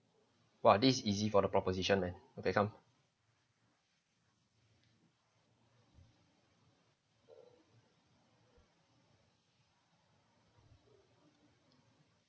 !wah! this is easy for the proposition meh okay come